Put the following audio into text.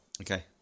Okay